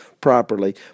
properly